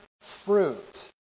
fruit